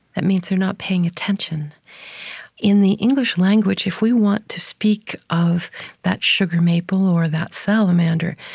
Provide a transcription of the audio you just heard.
that means they're not paying attention in the english language, if we want to speak of that sugar maple or that salamander,